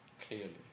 clearly